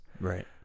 Right